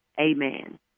Amen